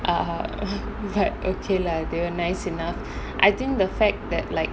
err but okay lah they were nice enough I think the fact that like